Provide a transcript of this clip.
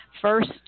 first